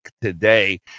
today